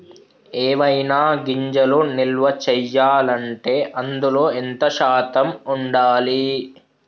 ఏవైనా గింజలు నిల్వ చేయాలంటే అందులో ఎంత శాతం ఉండాలి?